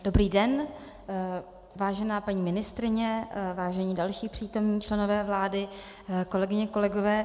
Dobrý den, vážená paní ministryně, vážení další přítomní členové vlády, kolegyně a kolegové.